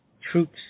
troops